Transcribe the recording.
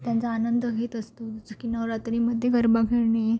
त्यांचा आनंद घेत असतो झ की नवरात्रीमध्ये गरबा खेळणे